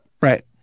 right